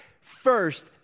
first